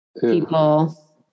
people